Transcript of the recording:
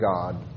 God